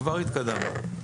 כבר התקדמנו.